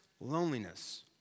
loneliness